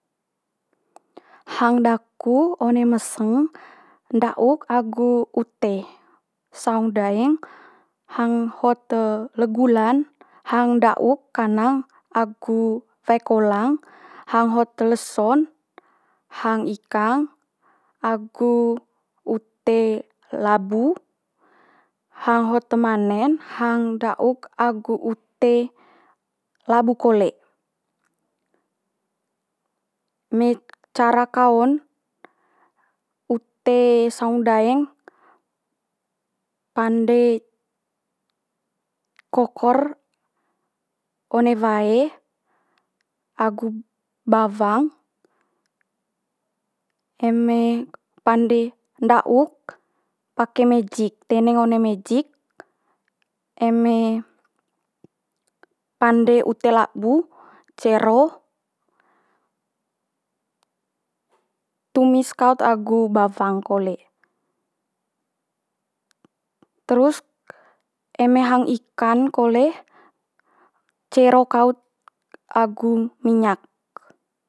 Hang daku one meseng nda'uk agu ute saung daeng hang hot le gula'n hang nda'uk kanang agu wae kolang. Hang hot leso'n hang ikang agu ute labu. Hang hot te mane'n, hang nda'uk agu ute labu kole. Nik cara kaon ute saung daeng pande kokor one wae agu bawang eme pande nda'uk pake mejik teneng one mejik, eme pande ute labu cero tumis kaut agu bawang kole. Terus eme hang ikan kole cero kaut agu minyak.